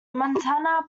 montana